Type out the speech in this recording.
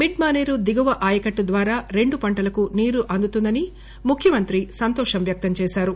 మిడ్మానేరు దిగువ ఆయకట్టు ద్వారా రెండు పంటలకు నీరు అందుతుందని ముఖ్యమంత్రి సంతోషం వ్యక్తం చేశారు